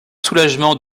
soulagement